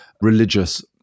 religious